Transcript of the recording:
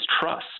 trust